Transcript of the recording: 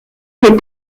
les